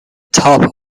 top